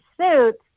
suits